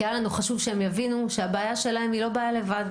כי היה לנו חשוב שהם יבינו שהבעיה שלהם היא לא בעיה לבד.